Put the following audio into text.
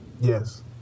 Yes